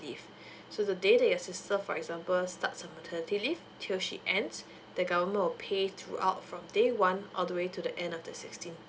leave so the day that your sister for example starts her maternity leave till she ends the government will pay throughout from day one all the way to the end of the sixteenth